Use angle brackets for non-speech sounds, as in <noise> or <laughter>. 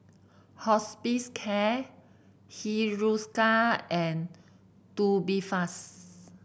<unintelligible> Hiruscar and Tubifast